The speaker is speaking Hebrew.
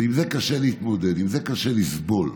ועם זה קשה להתמודד, את זה קשה לסבול.